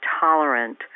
tolerant